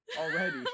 already